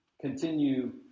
continue